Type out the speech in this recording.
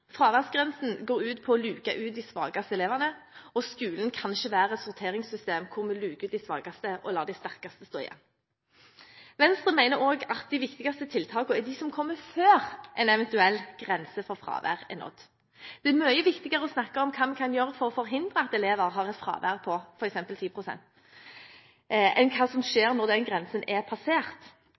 Fraværsgrensen går ut på å luke ut de svakeste elevene, og skolen kan ikke være et sorteringssystem hvor vi luker ut de svakeste og lar de sterkeste stå igjen. Venstre mener også at de viktigste tiltakene er de som kommer før en eventuell grense for fravær er nådd. Det er mye viktigere å snakke om hva vi kan gjøre for å forhindre at elever har et fravær på f.eks. 10 pst., enn hva som skjer når den grensen er passert.